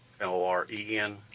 L-O-R-E-N